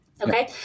Okay